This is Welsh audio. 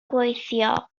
gweithio